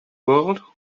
world